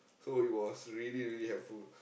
so it was really really helpful